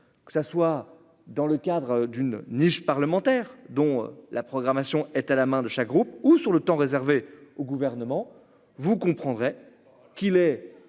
que ça soit dans le cadre d'une niche parlementaire, dont la programmation est à la main de chaque groupe ou sur le temps réservé au gouvernement, vous comprendrez qu'il est